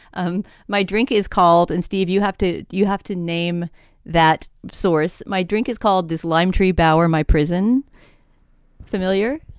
um my drink is called. and steve, you have to you have to name that source. my drink is called this lime tree. bouwer my prison familiar